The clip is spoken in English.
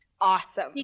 Awesome